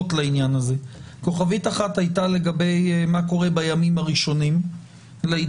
לעניין הזה: כוכבית אחת הייתה לגבי מה קורה בימים הראשונים להידבקות,